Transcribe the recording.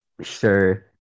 Sure